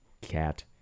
Cat